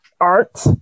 art